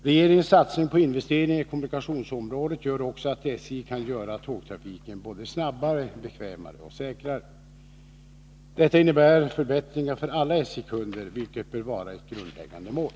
Regeringens satsning på investeringar i kommunikationsområdet gör också att SJ kan göra tågtrafiken både snabbare, bekvämare och säkrare. Detta innebär förbättringar för alla SJ-kunder, vilket bör vara ett grundläggande mål.